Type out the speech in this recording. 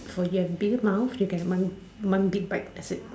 or you have bigger mouth you can one one big bite that's it